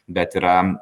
bet yra ir